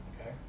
Okay